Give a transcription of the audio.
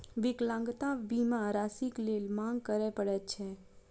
विकलांगता बीमा राशिक लेल मांग करय पड़ैत छै